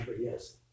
Yes